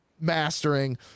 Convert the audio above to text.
mastering